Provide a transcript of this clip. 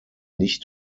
nicht